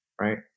Right